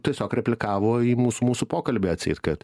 tiesiog replikavo į mūsų mūsų pokalbį atseit kad